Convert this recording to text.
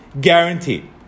Guaranteed